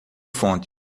fonte